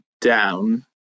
down